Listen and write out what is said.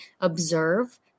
observe